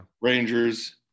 Rangers